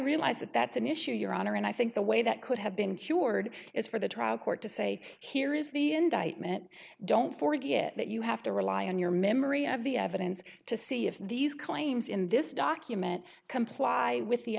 realize that that's an issue your honor and i think the way that could have been cured is for the trial court to say here is the indictment don't forget that you have to rely on your memory of the evidence to see if these claims in this document comply with the